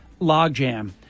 logjam